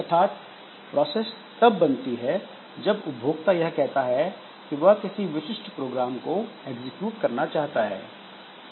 अर्थात प्रोसेस तब बनती है जब उपभोक्ता यह कहता है कि वह किसी विशिष्ट प्रोग्राम को एग्जीक्यूट करना चाहता है